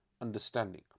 understanding